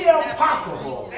impossible